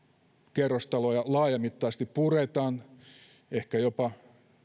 kerrostaloja laajamittaisesti puretaan ehkä jopa